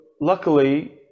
luckily